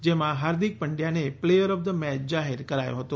જેમાં હાર્દિક પંડ્યાને player of the match જાહેર કરાયો હતો